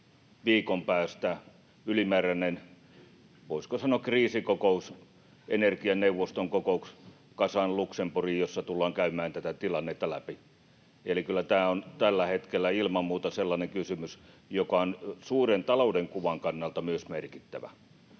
viikon päästä ylimääräinen, voisiko sanoa, kriisikokous, energianeuvoston kokous, kasaan Luxemburgiin, jossa tullaan käymään tätä tilannetta läpi. Kyllä tämä on tällä hetkellä ilman muuta sellainen kysymys, joka on myös suuren taloudenkuvan kannalta merkittävä.